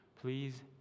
please